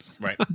Right